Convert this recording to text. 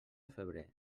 febrer